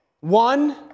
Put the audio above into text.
one